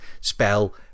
spell